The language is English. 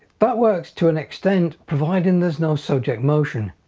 but works to an extent providing there's no subject motion.